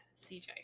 CJ